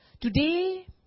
Today